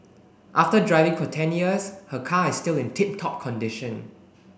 after driving for ten years her car is still in tip top condition